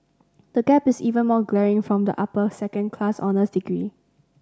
the gap is even more glaring for the upper second class honours degree